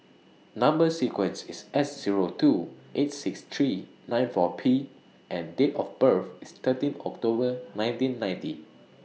Number sequence IS S Zero two eight six three nine four P and Date of birth IS thirteen October nineteen ninety